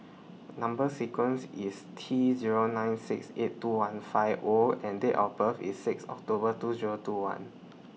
Number sequence IS T Zero nine six eight two one five O and Date of birth IS six October two Zero two one